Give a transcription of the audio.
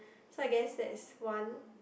so I guess that is one